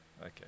Okay